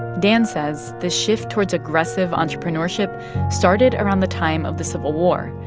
dan says the shift towards aggressive entrepreneurship started around the time of the civil war,